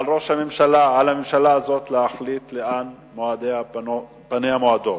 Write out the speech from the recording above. על ראש הממשלה ועל הממשלה הזאת להחליט לאן פניה מועדות,